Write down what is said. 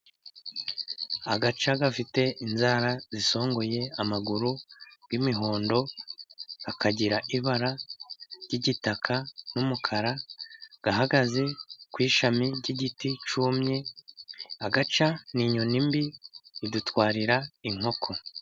Agaca gafite inzara zisongoye, amaguru y'imihondo, kakagira ibara ry'igitaka n'umukara, gahagaze ku ishami ry'igiti cyumye ,agaca n'inyoni mbi idutwarira inkoko.